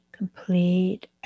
Complete